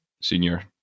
senior